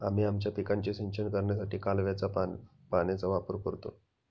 आम्ही आमच्या पिकांचे सिंचन करण्यासाठी कालव्याच्या पाण्याचा वापर करतो